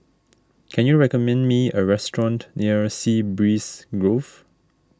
can you recommend me a restaurant near Sea Breeze Grove